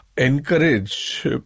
Encourage